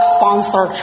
Sponsor